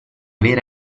vera